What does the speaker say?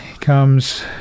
comes